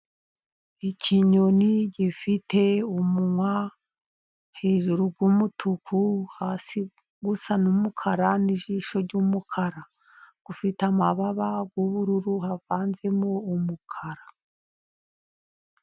Ikinyoni gifite umunwa hejuru w'umutuku hasi ugusa n'umukara, n'ijisho ry'umukara. Gifite amababa y'ubururu havanzemo umukara.